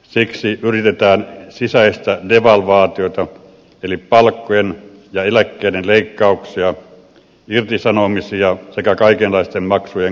siksi yritetään sisäistä devalvaatiota eli palkkojen ja eläkkeiden leikkauksia irtisanomisia sekä kaikenlaisten maksujen korottamisia